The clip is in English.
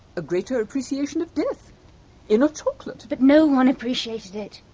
a greater appreciation of death in a chocolate! but no one appreciated it.